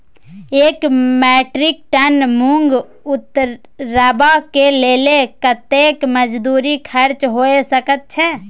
एक metric ton मूंग उतरबा के लेल कतेक मजदूरी खर्च होय सकेत छै?